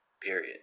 period